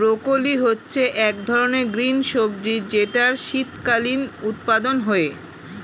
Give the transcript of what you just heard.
broccoli হচ্ছে এক ধরনের গ্রিন সবজি যেটার শীতকালীন উৎপাদন হয়ে